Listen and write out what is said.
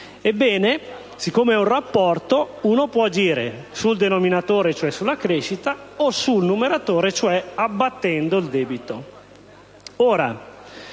Ebbene, trattandosi di un rapporto, si può agire sul denominatore, cioè sulla crescita, oppure sul numeratore, cioè abbattendo il debito.